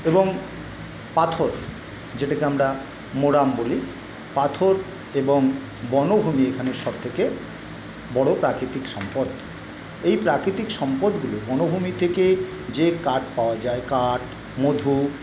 এবং পাথর যেটাকে আমরা মোরাম বলি পাথর এবং বনভূমি এখানে সব থেকে বড়ো প্রাকৃতিক সম্পদ এই প্রাকৃতিক সম্পদগুলো বনভূমি থেকে যে কাঠ পাওয়া যায় কাঠ মধু